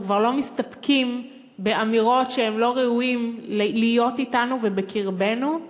אנחנו כבר לא מסתפקים באמירות שהם לא ראויים להיות אתנו ובקרבנו.